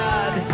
God